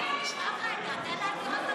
נא להוציא מהיציע את כל המתפרעים למיניהם.